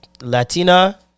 Latina